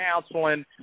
counseling